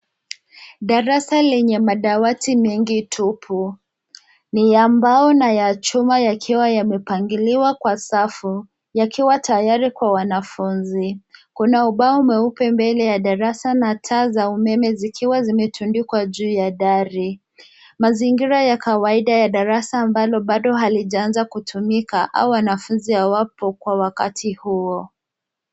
Darasa lenye madawati mengi tupu, ni ya mbao na ya chuma yakiwa yamepangiliwa kwa safu yakiwa tayari kwa wanafunzi. Kuna ubao mweupe mbele ya darasa na taa za umeme zikiwa zimetundikwa juu dari. Mazingira ya kawaida ya darasa ambalo bado halijaanza kutumika au wanafunzi hawapo kwa wakati huo.